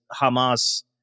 Hamas